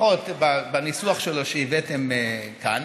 לפחות בניסוח שלו שהבאתם כאן,